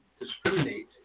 discriminate